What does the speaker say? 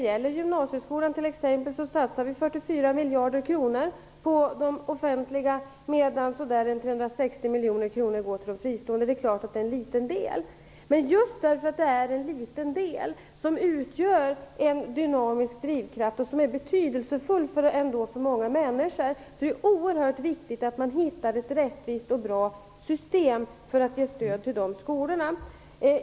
För gymnasieskolan satsar vi 44 miljarder kronor på de offentliga, medan så där 360 miljoner kronor går till de fristående. Det är klart en liten del. Men just därför att det är en liten del som utgör en dynamisk drivkraft och är betydelsefull för många människor är det oerhört viktigt att man hittar ett rättvist och bra system för att ge stöd till de skolorna.